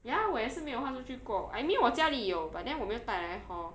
ya 我也是没有画出去过 I mean 我家里有 but then 我没有带来 hor